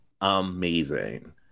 amazing